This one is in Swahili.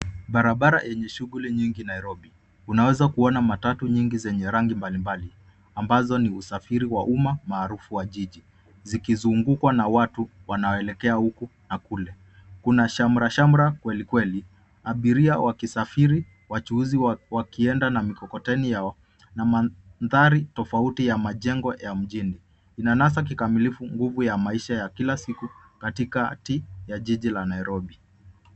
Barabara yenye shughuli nyingi Nairobi. Tunaweza kuona matatu nyingi zenye rangi mbalimbali ambazo ni usafiri wa umma maarufu wa jiji zikizungukwa na watu wanaoeleka huku na kule. Kuna shamrashamra kwelikweli abiria wakisafiri, wachuuzi wakienda na mkokoteni yao na mandhari tofauti ya majengo ya mjini inanasa kikamilifu nguvu ya maisha ya kila siku katika hati ya jiji la Nairobi.